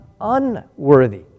unworthy